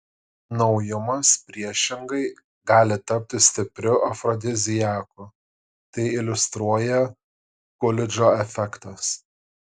naujumas priešingai gali tapti stipriu afrodiziaku tai iliustruoja kulidžo efektas